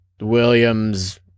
Williams